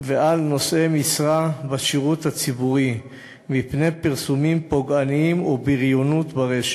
ועל נושאי משרה בשירות הציבורי מפני פרסומים פוגעניים ובריונות ברשת.